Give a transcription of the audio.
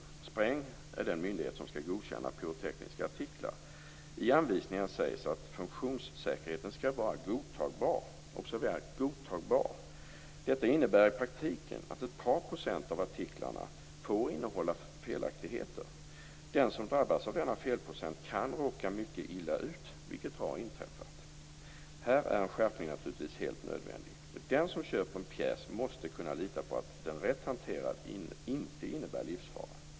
Inspektionen är den myndighet som skall godkänna pyrotekniska artiklar. I anvisningen sägs att funktionssäkerheten skall vara godtagbar - observera: godtagbar. Detta innebär i praktiken att ett par procent av artiklarna får innehålla felaktigheter. Den som drabbas av denna felprocent kan råka mycket illa ut, vilket har inträffat. Här är en skärpning naturligtvis helt nödvändig. Den som köper en pjäs måste kunna lita på att den rätt hanterad inte innebär livsfara.